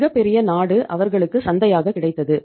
மிகப்பெரிய நாடு அவர்களுக்கு சந்தையாக கிடைத்தது